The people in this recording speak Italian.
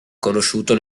conosciuto